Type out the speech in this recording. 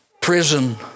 prison